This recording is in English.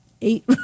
eight